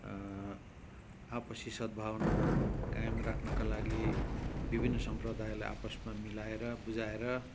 आपसी सद्भावना कायम राख्नका लागि विभिन्न सम्प्रदायलाई आपसमा मिलाएर बुझाएर